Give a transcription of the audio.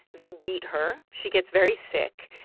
they beat her. she gets very sick.